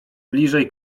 bliżej